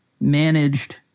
Managed